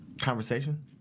Conversation